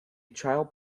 child